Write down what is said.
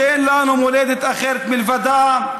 שאין לנו מולדת אחרת מלבדה,